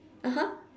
(uh huh)